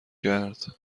کرد